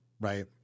right